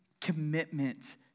commitment